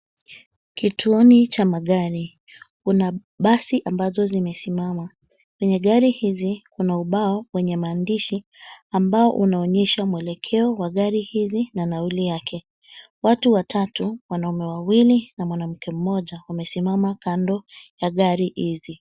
Kituoni cha magari kuna basi ambazo zimesimama. Penye gari hizi kuna ubao wenye maandishi ambao unaonyesha mwelekeo wa gari hizi na nauli yake. Watu watatu; wanaume wawili na mwanamke mmoja wamesimama kando ya gari hizi.